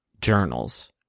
journals